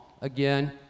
again